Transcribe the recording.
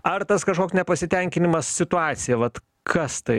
ar tas kažkoks nepasitenkinimas situacija vat kas tai